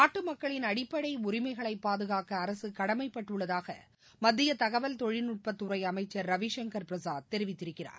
நாட்டு மக்களின் அடிப்படை உரிமைகளை பாதுகாக்க அரசு களடமைப்பட்டுள்ளதாக மத்திய தகவல் தொழில்நுட்பத்துறை அமைச்சர் ரவிசங்கர் பிரசாத் தெரிவித்திருக்கிறார்